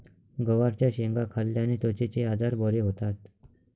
गवारच्या शेंगा खाल्ल्याने त्वचेचे आजार बरे होतात